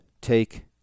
take